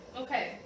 Okay